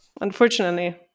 Unfortunately